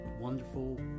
wonderful